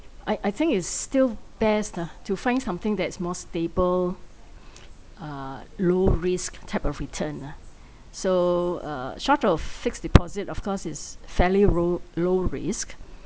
I I think is still best ah to find something that is more stable uh low risk type of return ah so uh short of fixed deposit of course is fairly row low risk